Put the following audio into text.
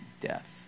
death